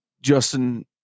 Justin